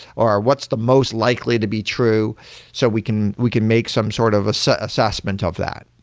or what's the most likely to be true so we can we can make some sort of so assessment of that.